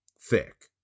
thick